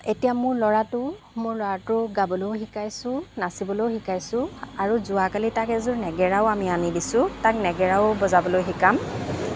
এতিয়া মোৰ ল'ৰাটো মোৰ ল'ৰাটোক গাবলৈও শিকাইছোঁ নাচিবলৈও শিকাইছোঁ আৰু যোৱাকালি তাক এযোৰ নেগেৰাও আমি আনি দিছোঁ তাক নেগেৰাও বজাবলৈ শিকাম